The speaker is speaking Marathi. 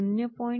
हे 0